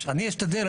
אני אשתדל,